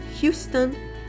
Houston